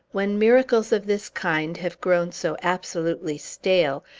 when miracles of this kind have grown so absolutely stale,